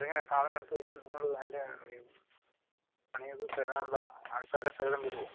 അപ്പോഴങ്ങനെയാണ് സാധനമെടുത്തു കഴിഞ്ഞാല് നിങ്ങള് അതിൻ്റെ പണിയൊക്കെ തരാനുള്ള ആൾക്കാരെ സഹിതം വിടുമോ